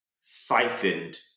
siphoned